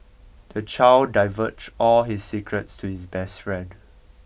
the child divulged all his secrets to his best friend